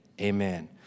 amen